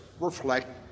reflect